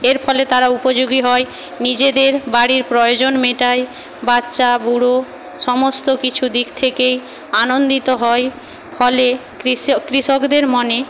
এর ফলে তারা উপযোগী হয় নিজেদের বাড়ির প্রয়োজন মেটায় বাচ্চা বুড়ো সমস্ত কিছু দিক থেকেই আনন্দিত হয় ফলে কৃষকদের মনে